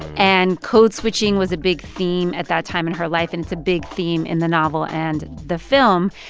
and code switching was a big theme at that time in her life, and it's a big theme in the novel and the film.